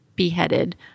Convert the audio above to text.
Beheaded